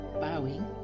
bowing